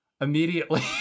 immediately